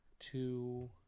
Two